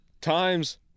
times